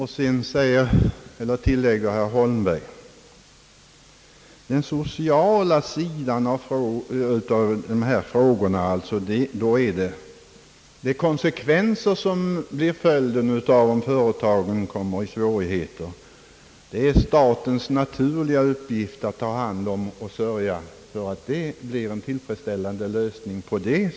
Herr Holmberg tillägger beträffande den sociala sidan av frågan att det är statens naturliga uppgift att ta hand om de konsekvenser som blir följden om företagen råkar i svårighet samt se till att man finner en tillfredsställande lösning.